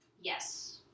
Yes